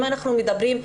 אם אנחנו מדברים,